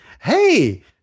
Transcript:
hey